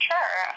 Sure